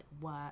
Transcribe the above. work